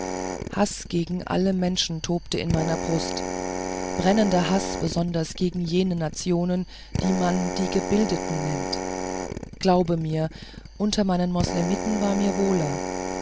haß gegen alle menschen tobte in meiner brust brennender haß besonders gegen jene nationen die man die gebildeten nennt glaube mir unter meinen moslemiten war mir wohler